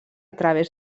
través